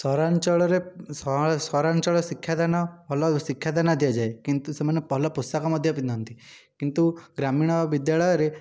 ସହରାଞ୍ଚଳରେ ସହରାଞ୍ଚଳ ଶିକ୍ଷାଦାନ ଭଲ ଶିକ୍ଷାଦାନ ଦିଆଯାଏ କିନ୍ତୁ ସେମାନେ ଭଲ ପୋଷାକ ମଧ୍ୟ ପିନ୍ଧନ୍ତି କିନ୍ତୁ ଗ୍ରାମୀଣ ବିଦ୍ୟାଳୟରେ